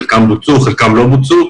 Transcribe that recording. חלקן בוצעו וחלקן לא בוצעו,